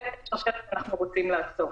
זו שרשרת שאנחנו רוצים לעצור.